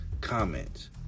comments